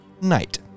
night